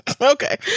okay